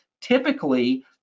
Typically